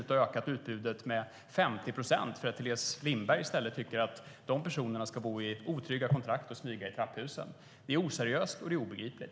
Den vill man stoppa bara för att Teres Lindberg tycker att dessa personer i stället ska bo med otrygga kontrakt och smyga i trapphusen. Det är oseriöst, och det är obegripligt.